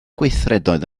gweithredoedd